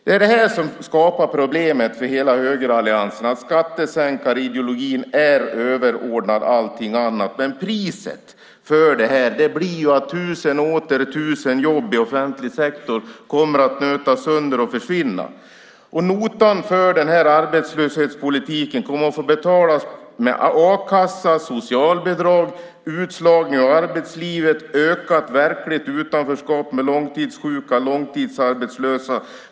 Det som skapar problem för hela högeralliansen är att skattesänkarideologin är överordnad allt annat. Priset för detta är att tusen och åter tusen jobb i offentlig sektor kommer att nötas sönder och försvinna. Notan för den här arbetslöshetspolitiken kommer att få betalas med a-kassa, socialbidrag, utslagning av arbetslivet, ökat verkligt utanförskap med långtidssjuka och långtidsarbetslösa.